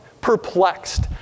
perplexed